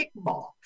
kickball